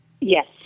Yes